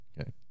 Okay